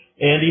Andy